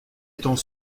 étant